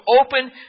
open